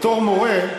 בתור מורה,